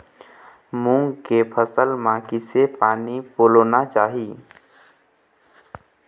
मूंग के फसल म किसे पानी पलोना चाही?